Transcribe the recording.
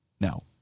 Now